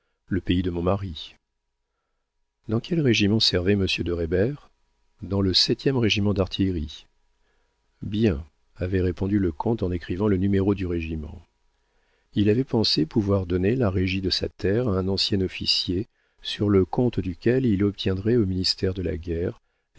le pays de mon mari dans quel régiment servait monsieur de reybert dans le septième régiment d'artillerie bien avait répondu le comte en écrivant le numéro du régiment il avait pensé pouvoir donner la régie de sa terre à un ancien officier sur le compte duquel il obtiendrait au ministère de la guerre